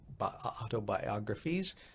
autobiographies